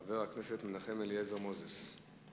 חבר הכנסת מנחם אליעזר מוזס.